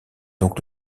donc